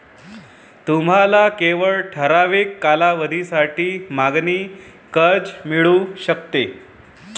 तुम्हाला केवळ ठराविक कालावधीसाठी मागणी कर्ज मिळू शकेल